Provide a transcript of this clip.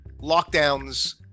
lockdowns